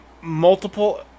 multiple